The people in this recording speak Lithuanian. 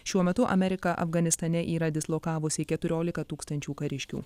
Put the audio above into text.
šiuo metu amerika afganistane yra dislokavusi keturiolika tūkstančių kariškių